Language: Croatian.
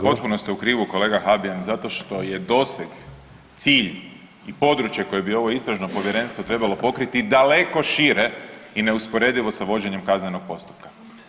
Potpuno ste u krivu kolega Habijan zato što je doseg, cilj i područje koje bi ovo Istražno povjerenstvo trebalo pokriti daleko šire i neusporedivo sa vođenjem kaznenog postupka.